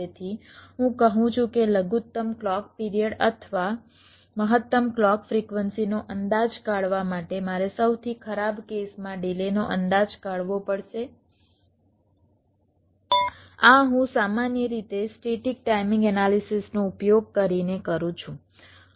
તેથી હું કહું છું કે લઘુત્તમ ક્લૉક પિરિયડ અથવા મહત્તમ ક્લૉક ફ્રિક્વન્સી નો અંદાજ કાઢવા માટે મારે સૌથી ખરાબ કેસમાં ડિલેનો અંદાજ કાઢવો પડશે આ હું સામાન્ય રીતે સ્ટેટીક ટાઇમિંગ એનાલિસિસનો ઉપયોગ કરીને કરું છું